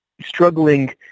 struggling